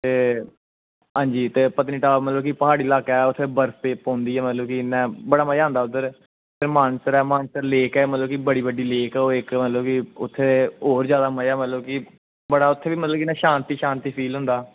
ते पत्नीटॉप मतलब की प्हाड़ी लाका ऐ उत्थें बर्फ पौंदी ऐ ते बड़ा मज़ा आंदा उद्धर मानसर ऐ मानसर लेक ऐ मतलब कि बड़ी बड्डी लेक ऐ ओह् मतलब की उत्थें होर जादा मज़ा की बड़ा उत्थें मतलब कि इंया शांति शांति फील होंदा